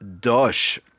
Dosh